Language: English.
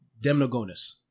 Demnogonus